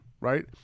right